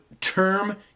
term